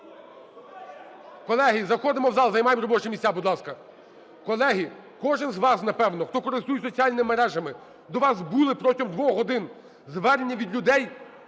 Колеги, заходимо в зал, займаємо робочі місця, будь ласка. Колеги, кожен з вас, напевно, хто користується соціальними мережами, до вас були протягом двох годин звернення від людей,